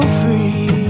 free